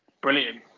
brilliant